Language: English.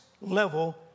level